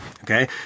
Okay